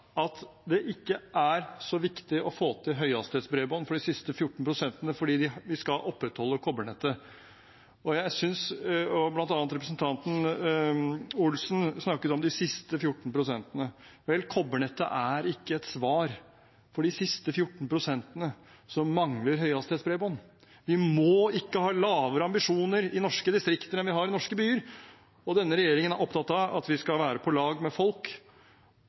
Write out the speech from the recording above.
at det ikke er så viktig å få til høyhastighetsbredbånd for de siste 14 pst., fordi vi skal opprettholde kobbernettet. Blant annet representanten Olsen snakket om de siste 14 pst. Kobbernettet er ikke et svar for de siste 14 pst. som mangler høyhastighetsbredbånd. Vi må ikke ha lavere ambisjoner i norske distrikter enn vi har i norske byer, og denne regjeringen er opptatt av at vi skal være på lag med folk